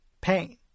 pain